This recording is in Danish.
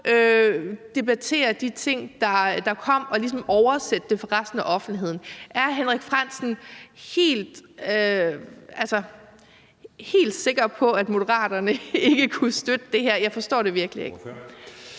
debattere de ting, der kom, og ligesom oversætte det for resten af offentligheden. Er Henrik Frandsen helt sikker på, at Moderaterne ikke kunne støtte det her? Jeg forstår det virkelig ikke.